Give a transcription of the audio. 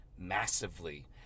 massively